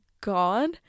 God